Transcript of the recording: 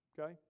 Okay